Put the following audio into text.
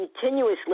continuously